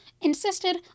insisted